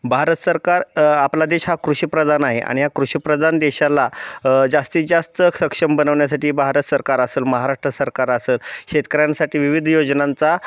भारत सरकार आपला देश हा कृषीप्रदान आहे आणि हा कृषीप्रदान देशाला जास्तीत जास्त सक्षम बनवण्यासाठी भारत सरकार असेल महाराष्ट्र सरकार असेल शेतकऱ्यांसाठी विविध योजनांचा